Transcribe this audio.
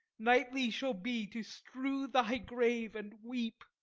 nightly shall be to strew thy grave and weep.